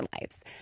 lives